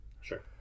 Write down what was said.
Sure